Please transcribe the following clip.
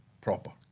proper